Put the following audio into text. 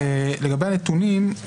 לגבי הנתונים,